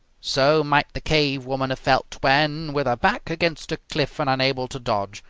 so might the cave woman have felt when, with her back against a cliff and unable to dodge,